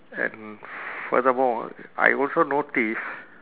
and furthermore I also notice